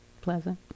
pleasant